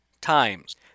times